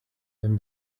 them